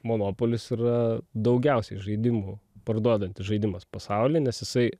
monopolis yra daugiausiai žaidimų parduodantis žaidimas pasauly nes jisai